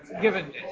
given